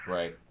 Right